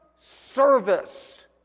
service